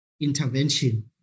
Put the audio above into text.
intervention